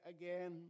again